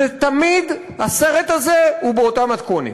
ותמיד הסרט הזה הוא באותה מתכונת: